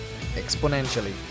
exponentially